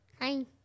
Hi